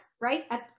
right